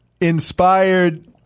inspired